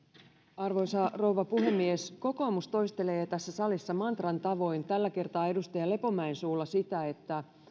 arvoisa rouva puhemies kokoomus toistelee tässä salissa mantran tavoin tällä kertaa edustaja lepomäen suulla sitä että